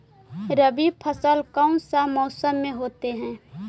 रवि फसल कौन सा मौसम में होते हैं?